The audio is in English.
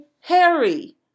Harry